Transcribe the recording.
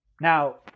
Now